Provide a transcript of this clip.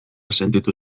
sentitu